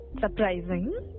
surprising